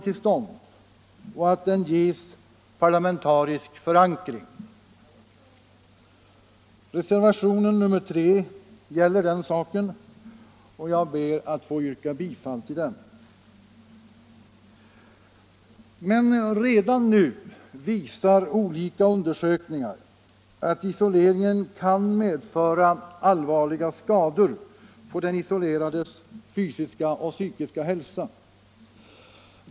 I till stånd samt att den utredningen ges parlamentarisk förankring. Re — Anslag till kriminalservationen 3 gäller den saken, och jag ber att få yrka bifall till den re — vården servationen. Men redan nu visar olika undersökningar att isoleringen kan medföra allvarliga skador på den isolerades fysiska och psykiska hälsa.